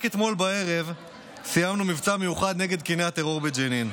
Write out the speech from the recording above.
רק אתמול בערב סיימנו מבצע מיוחד נגד קיני הטרור בג'נין,